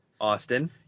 Austin